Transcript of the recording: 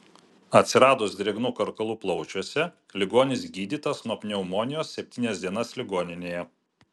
atsiradus drėgnų karkalų plaučiuose ligonis gydytas nuo pneumonijos septynias dienas ligoninėje